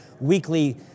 weekly